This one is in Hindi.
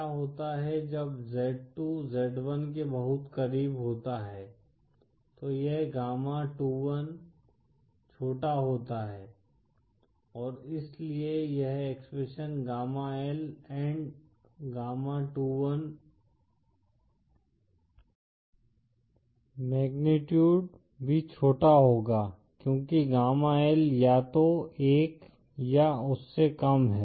क्या होता है जब z2 z1 के बहुत करीब होता है तो यह गामा21 छोटा होता है और इसलिए यह एक्सप्रेशन गामा L एंड गामा21 मैगनीटुड भी छोटा होगा क्योंकि गामा L या तो 1 या उससे कम है